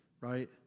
Right